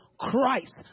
christ